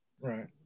Right